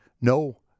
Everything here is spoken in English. no